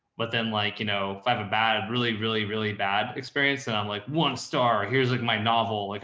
but then like, you know, five, a bad, really, really, really bad experience. and i'm like one star here's like my novel, like